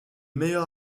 meilleur